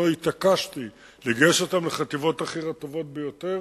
התעקשתי לגייס אותם לחטיבות החי"ר הטובות ביותר,